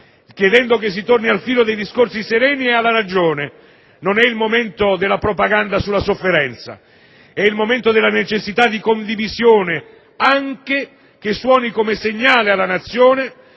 chiedendo che si torni al filo dei discorsi sereni e alla ragione. Non è il momento della propaganda sulla sofferenza, ma quello della necessità di condivisione, che suoni anche come segnale alla Nazione